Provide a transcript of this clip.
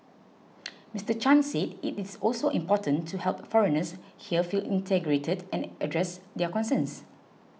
Mister Chan said it is also important to help foreigners here feel integrated and address their concerns